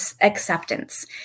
acceptance